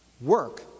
Work